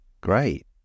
great